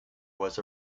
was